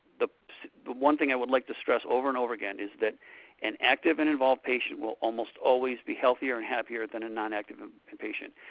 the but one thing i would like to stress over and over again is that an active, and involved patient will almost always be healthier and happier than a non-active ah and patient.